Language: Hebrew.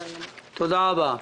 תודה רבה.